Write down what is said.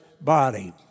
body